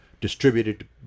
distributed